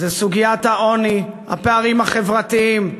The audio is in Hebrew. סוגיית העוני, הפערים החברתיים,